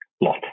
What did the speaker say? lot